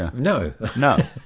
and no. no.